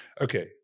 okay